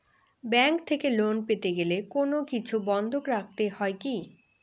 Bank থেকে loan পেতে গেলে কোনো কিছু বন্ধক রাখতে হয় কি?